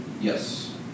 Yes